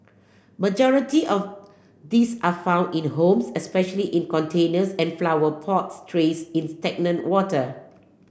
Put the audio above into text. majority of these are found in home especially in containers and flower pot trays in stagnant water